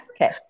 Okay